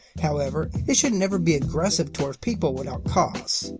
however, it should never be aggressive toward people without cause.